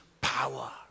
power